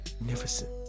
magnificent